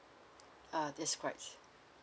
uh it's right